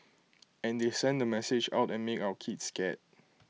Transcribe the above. and they send the message out and make our kids scared